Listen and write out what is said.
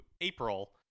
April